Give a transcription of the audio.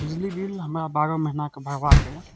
बिजली बिल हमरा बारह महीनाके भरबाके अछि